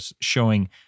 showing